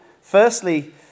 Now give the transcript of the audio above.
Firstly